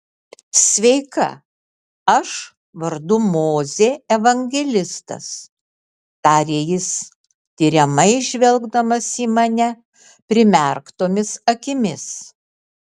sveika aš vardu mozė evangelistas tarė jis tiriamai žvelgdamas į mane primerktomis akimis